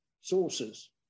sources